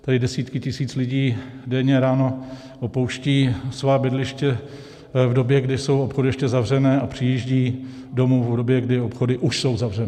Tady desítky tisíc lidí denně ráno opouštějí svá bydliště v době, kdy jsou obchody ještě zavřené, a přijíždějí domů v době, kdy obchody už jsou zavřené.